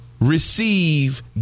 receive